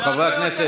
חברי הכנסת.